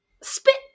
spit